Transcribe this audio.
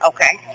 Okay